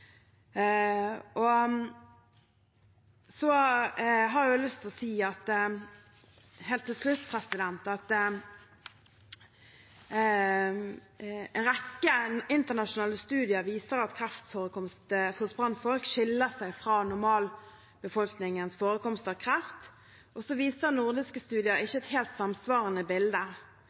har helt til slutt lyst til å si at en rekke internasjonale studier viser at kreftforekomst hos brannfolk skiller seg fra normalbefolkningens forekomst av kreft, og så viser nordiske studier ikke et helt samsvarende bilde.